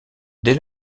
dès